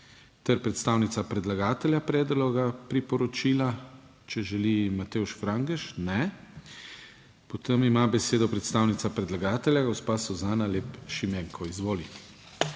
ter predstavnica predlagatelja predloga priporočila. Če želi Matevž Frangež? Ne. Potem ima besedo predstavnica predlagatelja, gospa Suzana Lep Šimenko, izvolite.